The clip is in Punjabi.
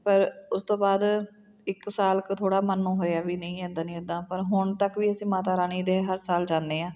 ਪਰ ਉਸ ਤੋਂ ਬਾਅਦ ਇੱਕ ਸਾਲ ਕੁ ਥੋੜ੍ਹਾ ਮਨ ਨੂੰ ਹੋਇਆ ਵੀ ਨਹੀਂ ਇੱਦਾਂ ਨਹੀਂ ਇੱਦਾਂ ਪਰ ਹੁਣ ਤੱਕ ਵੀ ਅਸੀਂ ਮਾਤਾ ਰਾਣੀ ਦੇ ਹਰ ਸਾਲ ਜਾਂਦੇ ਹਾਂ